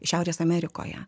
šiaurės amerikoje